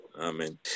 Amen